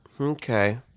Okay